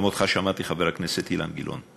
גם אותך שמעתי, חבר הכנסת אילן גילאון.